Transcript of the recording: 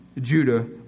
Judah